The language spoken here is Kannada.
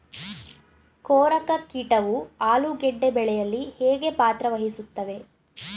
ಕೊರಕ ಕೀಟವು ಆಲೂಗೆಡ್ಡೆ ಬೆಳೆಯಲ್ಲಿ ಹೇಗೆ ಪಾತ್ರ ವಹಿಸುತ್ತವೆ?